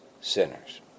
sinners